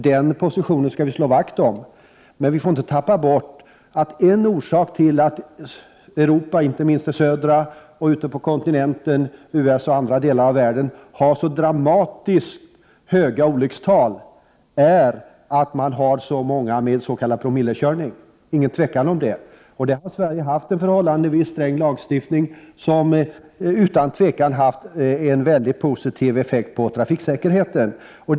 Det är en position som vi skall slå vakt om. Men vi får inte glömma att en orsak till att södra Europa och kontinenten, USA samt andra delar av världen har så dramatiskt höga olyckstal är att det där förekommer så många fall av s.k. promillekörning. Det råder inte några tvivel om detta. Sverige har en förhållandevis sträng lagstiftning som helt säkert haft en mycket positiv effekt på trafiksäkerheten.